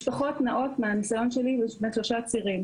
משפחות נעות, מהניסיון שלי, יש באמת שלושה צירים.